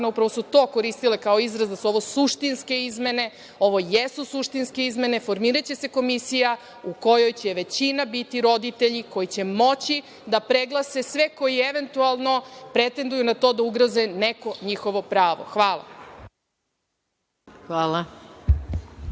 upravo su to koristile kao izraz, da su ovo suštinske izmene. Ovo jesu suštinske izmene, formiraće se komisija u kojoj će većina biti roditelji, koji će moći da preglase sve koji eventualno pretenduju na to da ugroze neko njihovo pravo. Hvala. **Maja